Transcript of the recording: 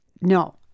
No